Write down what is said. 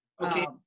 Okay